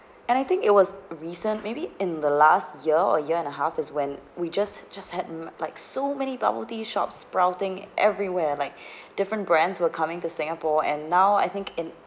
and I think it was recent maybe in the last year or year and a half is when we just just had mm like so many bubble tea shops sprouting everywhere like different brands were coming to singapore and now I think in